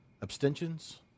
abstentions